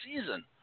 season